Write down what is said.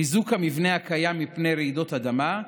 חיזוק המבנה הקיים מפני רעידות אדמה,